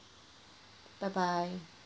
bye bye